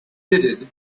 knitted